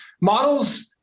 models